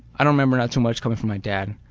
i don't remember not too much coming from my dad.